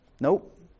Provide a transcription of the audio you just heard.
nope